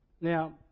Now